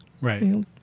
Right